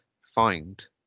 find